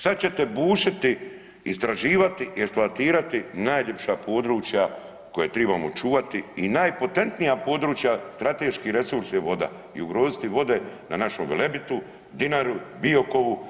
Sad ćete bušiti, istraživati i eksploatirati najljepša područja koja tribamo čuvati i najpotentnija područja strateški resurs je voda i ugroziti vode na našem Velebitu, Dinari, Biokovu,